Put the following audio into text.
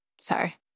Sorry